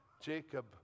Jacob